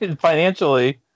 financially